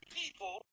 people